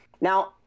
Now